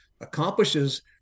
accomplishes